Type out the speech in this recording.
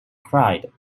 cried